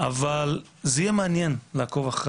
אבל זה יהיה מעניין לעקוב אחרי